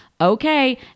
Okay